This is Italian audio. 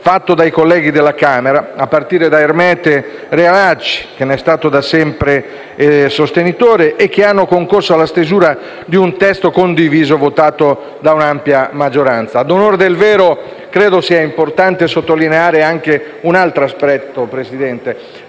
fatto dai colleghi della Camera dei deputati - a partire da Ermete Realacci, che ne è stato da sempre sostenitore - che hanno concorso alla stesura di un testo condiviso, votato da un'ampia maggioranza. A onor del vero, signor Presidente, credo sia importante sottolineare anche un altro aspetto. Se